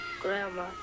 Grandma